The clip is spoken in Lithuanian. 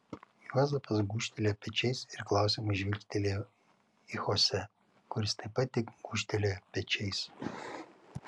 juozapas gūžtelėjo pečiais ir klausiamai žvilgtelėjo į chose kuris taip pat tik gūžtelėjo pečiais